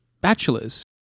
bachelors